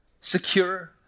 secure